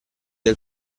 del